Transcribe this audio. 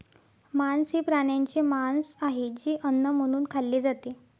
मांस हे प्राण्यांचे मांस आहे जे अन्न म्हणून खाल्ले जाते